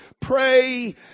pray